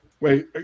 Wait